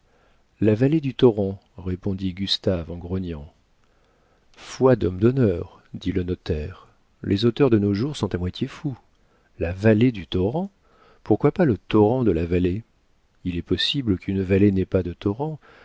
la vallée du torrent répondit gustave en grognant foi d'homme d'honneur dit le notaire les auteurs de nos jours sont à moitié fous la vallée du torrent pourquoi pas le torrent de la vallée il est possible qu'une vallée n'ait pas de